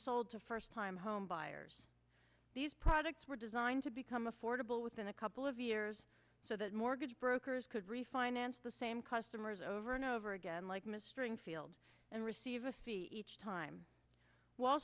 sold to first time home buyers these products were designed to become affordable within a couple of years so that mortgage brokers could refinance the same customers over and over again like mr enfield and receive a speech time wall